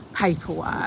paperwork